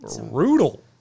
Brutal